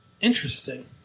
Interesting